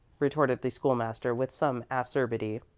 retorted the school-master, with some acerbity.